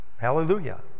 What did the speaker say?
Hallelujah